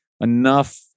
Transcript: enough